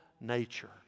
nature